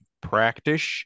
practice